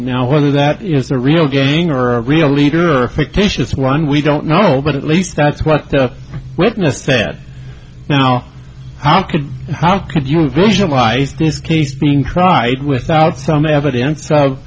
now whether that is a real gain or relieve your fictitious one we don't know but at least that's what the witness said now how could how could you visualize this case being tried without some evidence